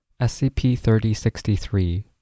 SCP-3063